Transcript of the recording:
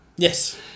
Yes